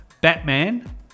Batman